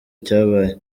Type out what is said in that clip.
cyabaye